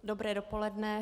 Dobré dopoledne.